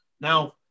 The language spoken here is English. Now